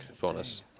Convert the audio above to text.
bonus